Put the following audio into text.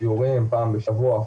שיעורים פעם בשבוע,